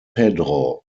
pedro